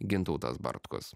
gintautas bartkus